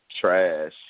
trash